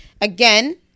Again